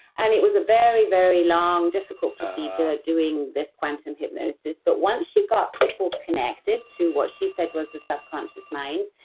and it was a very, very long difficult procedure doing this quantum hypnosis, but once she got people connected to what she said was the subconscious mind,